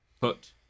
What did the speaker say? put